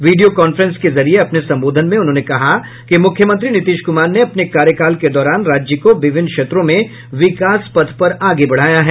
video conference के जरिये अपने संबोधन में उन्होंने कहा कि मुख्यमंत्री नीतीश कुमार ने अपने कार्यकाल के दौरान राज्य को विभिन्न क्षेत्रों में विकास पथ पर आगे बढ़ाया है